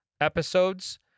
episodes